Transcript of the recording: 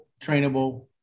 trainable